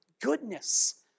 goodness